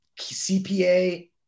CPA